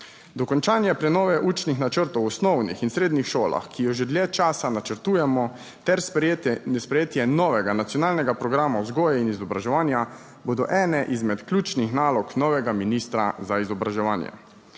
Dokončanje prenove učnih načrtov v osnovnih in srednjih šolah, ki jo že dlje časa načrtujemo ter sprejetje novega nacionalnega programa vzgoje in izobraževanja bodo ene izmed ključnih nalog novega ministra za izobraževanje.